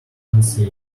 unsay